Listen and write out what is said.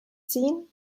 ziehen